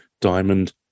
diamond